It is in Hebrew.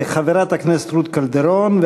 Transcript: חברת הכנסת רות קלדרון,